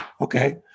Okay